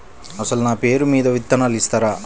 అసలు నా పేరు మీద విత్తనాలు ఇస్తారా?